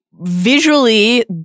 visually